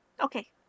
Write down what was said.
Okay